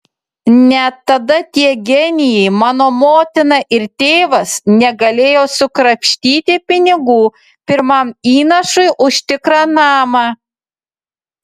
net tada tie genijai mano motina ir tėvas negalėjo sukrapštyti pinigų pirmam įnašui už tikrą namą